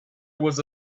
was